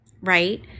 right